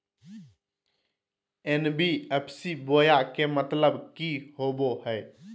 NBFC बोया के मतलब कि होवे हय?